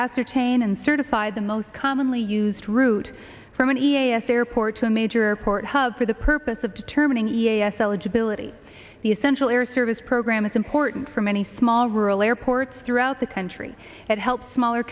ascertain and certify the most commonly used route from n e a s airports a major airport hub for the purpose of determining e a s eligibility the essential air service program is important for many small rural airports throughout the country it helps smaller